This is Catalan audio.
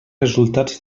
resultats